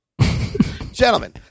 Gentlemen